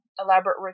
elaborate